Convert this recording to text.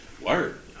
Word